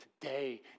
today